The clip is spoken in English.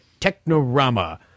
Technorama